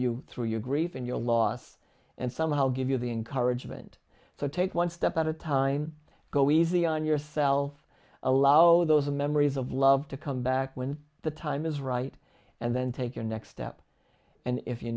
you through your grief and your loss and somehow give you the encouragement so take one step at a time go easy on yourself allow those the memories of love to come back when the time is right and then take your next step and if you